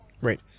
Right